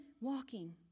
walking